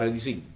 ah you see